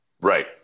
Right